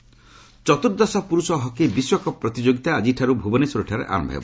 hockey ଚତୁର୍ଦ୍ଦଶ ପୁରୁଷ hockey ବିଶ୍ୱକପ୍ ପ୍ରତିଯୋଗିତା ଆଜିଠାରୁ ଭୁବନେଶ୍ୱରରେ ଆରମ୍ଭ ହେବ